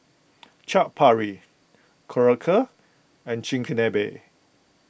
Chaat Papri Korokke and Chigenabe